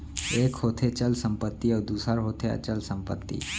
एक होथे चल संपत्ति अउ दूसर होथे अचल संपत्ति